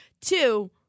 Two